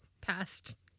past